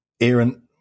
Aaron